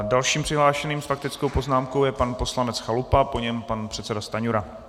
Dalším přihlášeným s faktickou poznámkou je pan poslanec Chalupa, po něm pan předseda Stanjura.